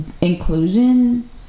inclusion